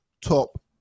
top